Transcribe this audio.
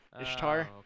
Ishtar